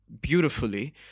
beautifully